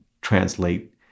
translate